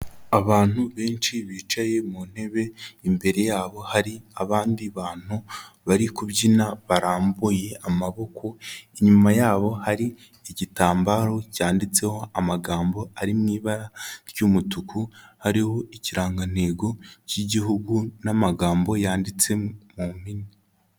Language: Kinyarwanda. Abantu benshi bicaye mu ntebe imbere yabo hari abandi bantu bari kubyina barambuye amaboko, inyuma yabo hari igitambaro cyanditseho amagambo ari mu ibara ry'umutuku hariho ikirangantego k'Igihugu n'amagambo yanditse mu mpine.